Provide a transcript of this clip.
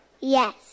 Yes